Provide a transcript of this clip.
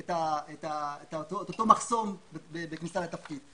את אותו מחסום בכניסה לתפקיד.